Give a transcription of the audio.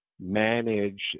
manage